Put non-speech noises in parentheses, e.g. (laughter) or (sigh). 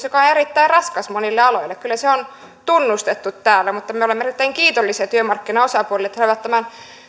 (unintelligible) joka on erittäin raskas monille aloille kyllä se on tunnustettu täällä mutta me olemme erittäin kiitollisia työmarkkinaosapuolille että he ovat tämän